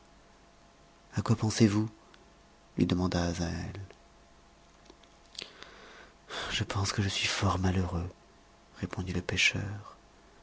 à quoi pensez-vous lui demanda azaël je pense que je suis fort malheureux répondit le pêcheur